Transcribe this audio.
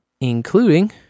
including